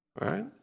Right